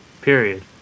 Period